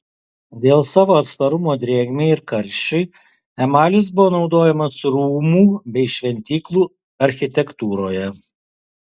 dėl savo atsparumo drėgmei ir karščiui emalis buvo naudojamas rūmų bei šventyklų architektūroje